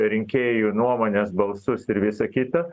rinkėjų nuomones balsus ir visa kita